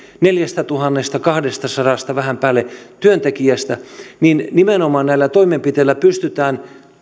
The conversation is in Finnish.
neljästätuhannestakahdestasadasta vähän päälle työntekijästä niin nimenomaan näillä toimenpiteillä pystytään